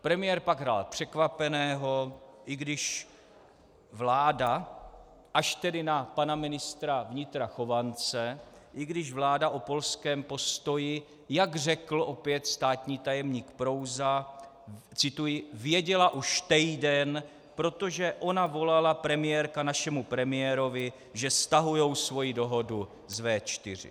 Premiér pak hrál překvapeného, i když vláda, až tedy na pana ministra vnitra Chovance, i když vláda o polském postoji, jak řekl opět státní tajemník Prouza cituji: věděla už tejden, protože ona volala premiérka našemu premiérovi, že stahujou svoji dohodu z V4.